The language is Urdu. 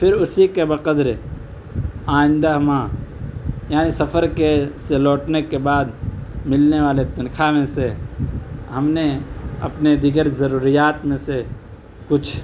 پھر اسی کے بقدر آئندہ ماہ یعنی سفر کے سے لوٹنے کے بعد ملنے والے تنخواہ میں سے ہم نے اپنے دیگر ضروریات میں سے کچھ